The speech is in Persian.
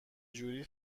جوری